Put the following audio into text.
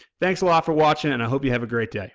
thanks a lot for watching and i hope you have a great day.